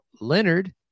Leonard